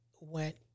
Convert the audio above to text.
went